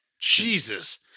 Jesus